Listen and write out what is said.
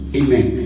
amen